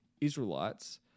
Israelites